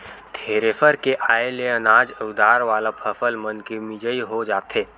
thresher के आये ले अनाज अउ दार वाला फसल मनके मिजई हो जाथे